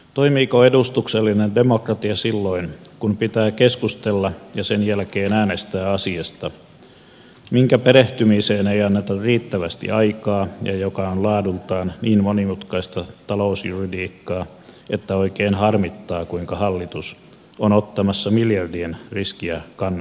toimiiko edustuksellinen demokratia silloin kun pitää keskustella ja sen jälkeen äänestää asiasta jonka perehtymiseen ei anneta riittävästi aikaa ja joka on laadultaan niin monimutkaista talousjuridiikkaa että oikein harmittaa kuinka hallitus on ottamassa miljardien riskiä kannettavakseen